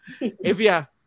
Evia